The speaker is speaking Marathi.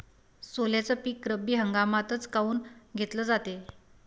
सोल्याचं पीक रब्बी हंगामातच काऊन घेतलं जाते?